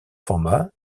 format